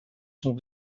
sont